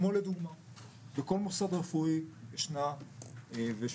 דובר פה על החמרת ענישה וזה